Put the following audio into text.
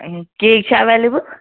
cake چھَا available